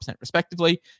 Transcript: respectively